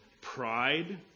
pride